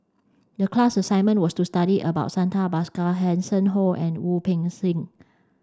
the class assignment was to study about Santha Bhaskar Hanson Ho and Wu Peng Seng